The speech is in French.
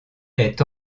est